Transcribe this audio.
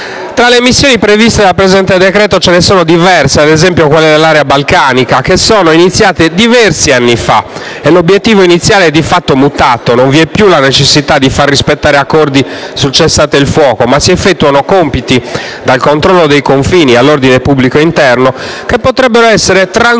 Tra le missioni previste dal presente decreto-legge ce ne sono diverse - come, ad esempio, quelle nell'area balcanica - che sono iniziate diversi anni fa, e l'obiettivo iniziale è di fatto mutato: non vi è più la necessità di far rispettare accordi sul cessate il fuoco, ma si effettuano compiti, dal controllo dei confini all'ordine pubblico interno, che potrebbero essere tranquillamente